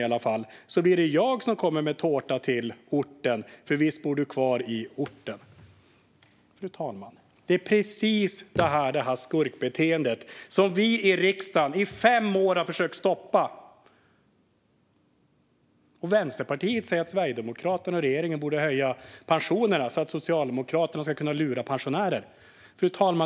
Då blir det jag som kommer med tårta till din ort, för visst bor du kvar där? Fru talman! Det är precis detta skurkbeteende som vi i riksdagen i fem år har försökt att stoppa. Vänsterpartiet säger att Sverigedemokraterna och regeringen borde höja pensionerna, så att Socialdemokraterna ska kunna lura pensionärer.